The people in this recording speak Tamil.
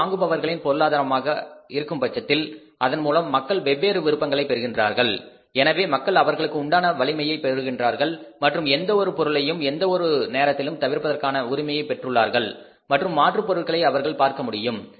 அவை வாங்குபவர்களின் பொருளாதாரமாக இருக்கும்பட்சத்தில் அதன்மூலம் மக்கள் வெவ்வேறு விருப்பங்களை பெறுகின்றார்கள் எனவே மக்கள் அவர்களுக்கு உண்டான வலிமையை பெற்றுள்ளார்கள் மற்றும் எந்த ஒரு பொருளையும் எந்த ஒரு நேரத்திலும் தவிர்ப்பதற்கான உரிமையை பெற்றுள்ளார்கள் மற்றும் மாற்றுப் பொருட்களை அவர்கள் பார்க்க முடியும்